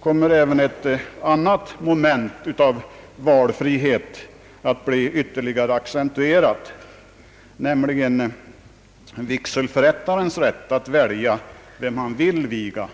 kommer även ett annat moment av valfrihet att bli ytterligare accentuerat, nämligen vigselförrättarens rätt att välja vem han vill viga.